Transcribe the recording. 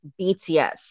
BTS